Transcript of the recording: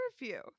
review